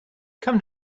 come